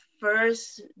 first